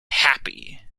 happy